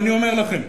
ואני אומר לכם,